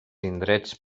indrets